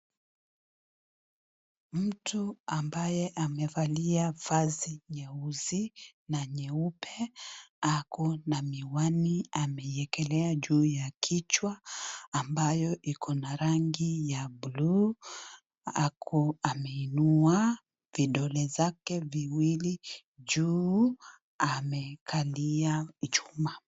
Mtu ambaye amevalia vazi nyeusi na nyeupe. Ako na miwani ameiwekelea juu ya kichwa ambayo iko na rangi ya blue . Ako ameinua vidole zake viwili juu. Amekalia chuma.